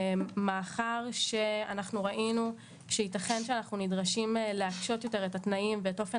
מאחר שאנחנו ראינו שיתכן שאנחנו נדרשים להקשות יותר את התנאים ואת אופן